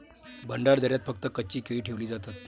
भंडारदऱ्यात फक्त कच्ची केळी ठेवली जातात